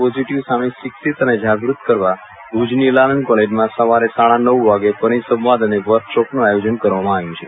positive સામે શિક્ષિત અને જાગૃત કરવા ભુજની લાલન કોલેજમાં સવારે સાડા નવ વાગ્યે પરિસંવાદ અને વર્કશોપનું આયોજન કરવામાં આવ્યું છે